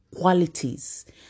qualities